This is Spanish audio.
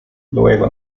luego